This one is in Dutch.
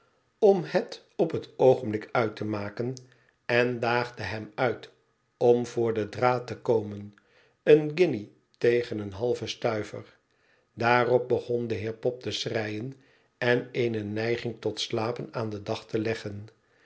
om het op het oogenblik uit te maken en daagde hem uit om voor den draad te komen een guinje tegen een halven stuiver daarop begon de heer pop te schreien en eene neiging tot slapen aan den dag te leggen